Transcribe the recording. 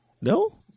No